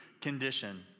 condition